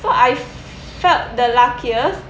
so I f~ felt the luckiest